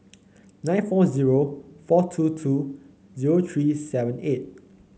nine four zero four two two zero three seven eight